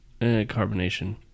carbonation